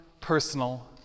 personal